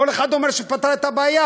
כל אחד אומר שהוא פתר את הבעיה.